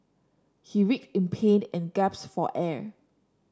he writhed in pain and gasped for air